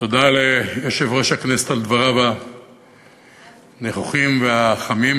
תודה ליושב-ראש הכנסת על דבריו הנכוחים והחמים,